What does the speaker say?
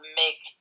make